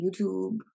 YouTube